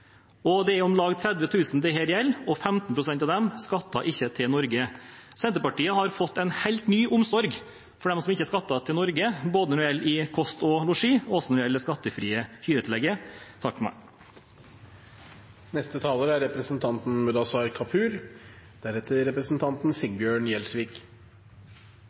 kr. Det er om lag 30 000 dette gjelder, og 15 pst. av dem skatter ikke til Norge. Senterpartiet har fått en helt ny omsorg for dem som ikke skatter til Norge, både når det gjelder kost og losji, og når det gjelder det skattefrie hyretillegget.